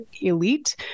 elite